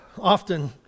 often